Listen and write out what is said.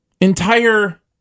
entire